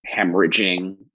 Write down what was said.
hemorrhaging